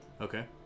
Okay